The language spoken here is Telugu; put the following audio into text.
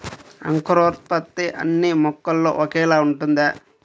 అంకురోత్పత్తి అన్నీ మొక్కల్లో ఒకేలా ఉంటుందా?